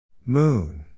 Moon